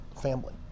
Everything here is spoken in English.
family